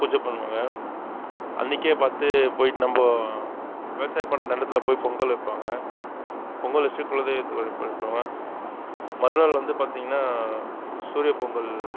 பூஜை பண்ணுவாங்க அன்னிக்கே பார்த்து போயிட்டு நம்ம விவசாய பண்ணற நிலத்துல போய் பொங்கல் வைப்பாங்க பொங்கல் வச்சிட்டு குலதெய்வத்தை வழிபடுவாங்க மறுநாள் வந்து பார்த்திங்கனா சூரியப் பொங்கல்